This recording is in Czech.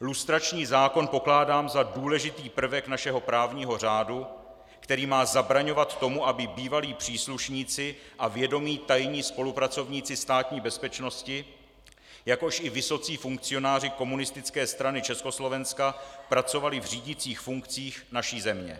Lustrační zákon pokládám za důležitý prvek našeho právního řádu, který má zabraňovat tomu, aby bývalí příslušníci a vědomí tajní spolupracovníci Státní bezpečnosti, jakož i vysocí funkcionáři Komunistické strany Československa, pracovali v řídících funkcích naší země.